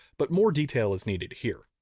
but more detail is needed here.